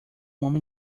homem